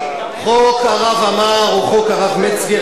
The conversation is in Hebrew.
"חוק הרב עמאר" או "חוק הרב מצגר",